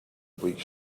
bleak